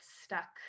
stuck